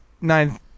nine